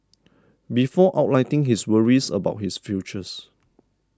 before outlining his worries about his futures